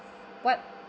what